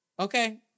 Okay